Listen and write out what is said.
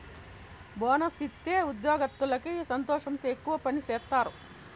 bonus ఇత్తే ఉద్యోగత్తులకి సంతోషంతో ఎక్కువ పని సేత్తారు